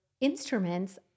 instruments